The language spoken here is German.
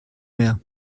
mehr